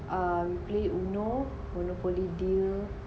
um play uno monopoly deal